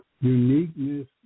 uniqueness